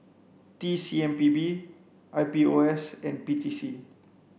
T C M P B I P O S and P T C